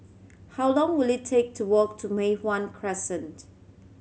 how long will it take to walk to Mei Hwan Crescent